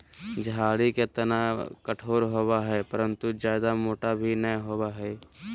झाड़ी के तना कठोर होबो हइ परंतु जयादा मोटा भी नैय होबो हइ